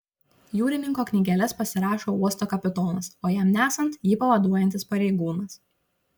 jūrininko knygeles pasirašo uosto kapitonas o jam nesant jį pavaduojantis pareigūnas